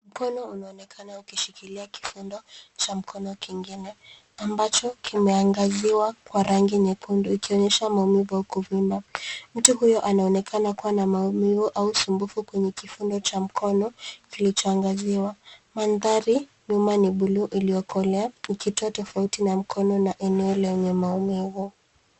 Mkono unaonekana ukishikilia kifundo cha mkono kingine ambacho kimeangaziwa kwa rangi nyekundu ikionyesha maumivu au kuvimba. Mtu huyo anaonekana kuwa na maumivu au usumbufu kwenye kifundo cha mkono kilicho angaziwa. Mandharinyuma ni bluu iliyo kolea ikitoa tofauti na mkono na eneo lenye maumivu.